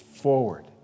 forward